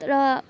तर